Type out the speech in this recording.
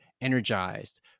energized